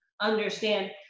understand